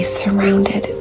surrounded